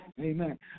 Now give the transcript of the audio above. Amen